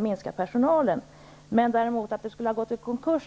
minska personalen. Däremot har man inte gått i konkurs.